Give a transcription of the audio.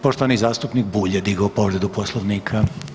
Poštovani zastupnik Bulj je digao povredu poslovnika.